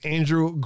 Andrew